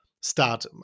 start